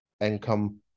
income